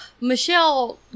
Michelle